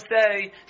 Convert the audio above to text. say